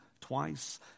twice